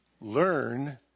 learn